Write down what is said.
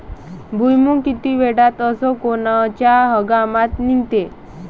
भुईमुंग किती वेळात अस कोनच्या हंगामात निगते?